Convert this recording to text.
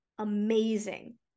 amazing